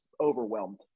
overwhelmed